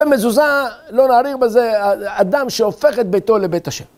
ומזוזה, לא נאריך בזה, אדם שהופך את ביתו לבית השם.